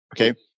Okay